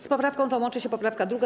Z poprawką tą łączy się poprawka 2.